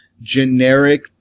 generic